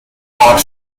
part